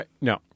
No